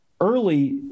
early